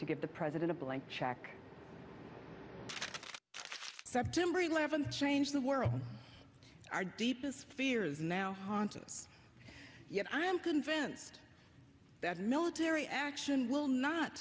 to give the president a blank check september eleventh changed the world our deepest fears now yet i am convinced that military action will not